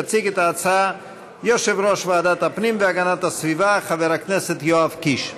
יציג את ההצעה יושב-ראש ועדת הפנים והגנת הסביבה חבר הכנסת יואב קיש.